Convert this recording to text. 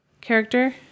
character